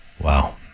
Wow